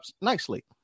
nicely